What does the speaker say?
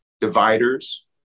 dividers